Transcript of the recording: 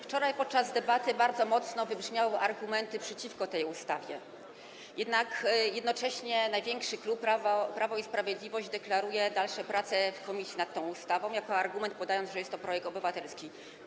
Wczoraj podczas debaty bardzo mocno wybrzmiały argumenty przeciwko tej ustawie, jednak największy klub, czyli Prawo i Sprawiedliwość, deklaruje dalsze prace w komisji nad tą ustawą, podając argument, że jest to projekt obywatelski.